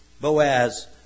Boaz